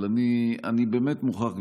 אבל אני באמת מוכרח לומר,